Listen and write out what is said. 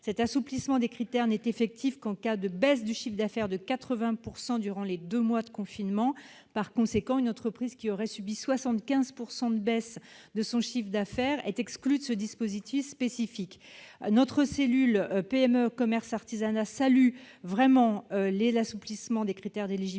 cet assouplissement des critères n'est effectif qu'en cas de baisse du chiffre d'affaires de 80 % durant les deux mois de confinement. En conséquence, une entreprise ayant subi une baisse de 75 % de son chiffre d'affaires est exclue de ce dispositif spécifique. Notre cellule « PME, commerce et artisanat » salue l'assouplissement déjà réalisé des critères d'éligibilité,